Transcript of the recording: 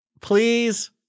Please